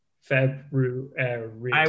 February